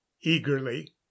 eagerly